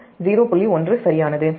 1 சரியானது